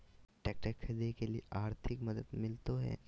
Tractor खरीदे के लिए आर्थिक मदद मिलो है?